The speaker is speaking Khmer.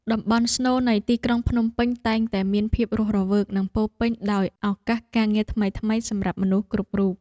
តំបន់ស្នូលនៃទីក្រុងភ្នំពេញតែងតែមានភាពរស់រវើកនិងពោរពេញដោយឱកាសការងារថ្មីៗសម្រាប់មនុស្សគ្រប់រូប។